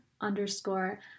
underscore